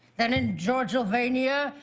then in georgylvania,